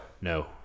No